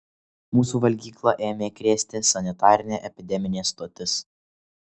mūsų valgyklą ėmė krėsti sanitarinė epideminė stotis